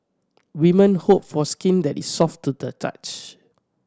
women hope for skin that is soft to the touch